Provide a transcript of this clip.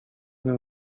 nią